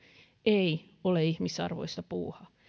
ei ole ihmisarvoista puuhaa